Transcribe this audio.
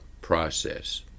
process